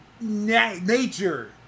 nature